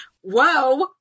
Whoa